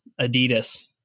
Adidas